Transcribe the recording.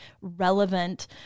relevant